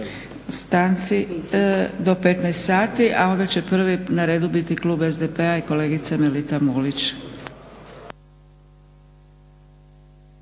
stanci do 15 sati, a onda će prvi na redu biti klub SDP-a i kolegica Melita Mulić.